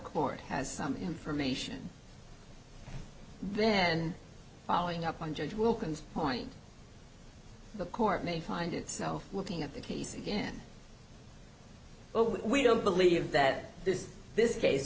court has some information then following up on judge wilkins point the court may find itself looking at the case again we don't believe that this this case